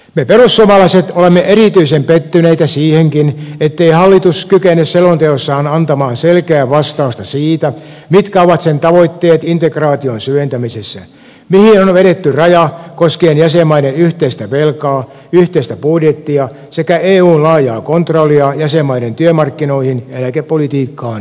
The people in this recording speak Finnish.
me perussuomalaiset olemme erityisen pettyneitä siihenkin ettei hallitus kykene selonteossaan antamaan selkeää vastausta siihen mitkä ovat sen tavoitteet integraa tion syventämisessä mihin on vedetty raja kos kien jäsenmaiden yhteistä velkaa yhteistä budjettia sekä eun laajaa kontrollia jäsenmaiden työmarkkinoihin eläkepolitiikkaan ja sosiaaliturvaan